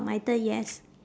my turn yes